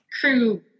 crew